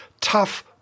tough